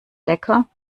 lecker